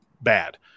bad